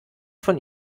von